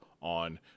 on